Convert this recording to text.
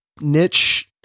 niche